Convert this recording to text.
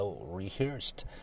rehearsed